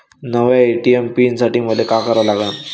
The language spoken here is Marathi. नव्या ए.टी.एम पीन साठी मले का करा लागन?